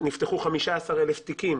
נפתחו 15 אלף תיקים